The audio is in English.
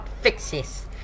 fixes